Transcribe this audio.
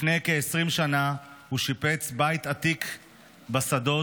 לפני כ-20 שנה הוא שיפץ בית עתיק בשדות,